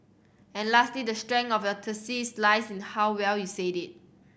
and lastly the strength of your thesis lies in how well you said it